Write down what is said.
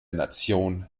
nation